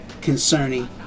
concerning